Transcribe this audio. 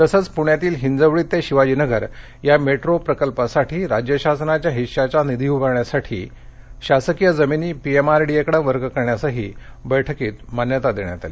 तसंच प्रण्यातील हिजवडी ते शिवाजीनगर या मेट्रो प्रकल्पासाठी राज्य शासनाच्या हिशाचा निधी उभारण्यासाठी शासकीय जमिनी पीएमआरडीए कडे वर्ग करण्यासही बैठकीत मान्यता देण्यात आली